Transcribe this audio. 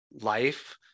life